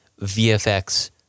VFX